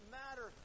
matter